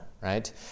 right